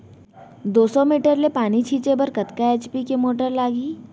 दो सौ मीटर ले पानी छिंचे बर कतका एच.पी के मोटर लागही?